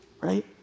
right